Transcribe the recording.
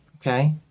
okay